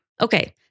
Okay